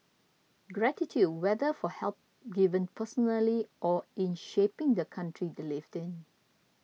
gratitude whether for help given personally or in shaping the country they lived in